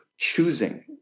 choosing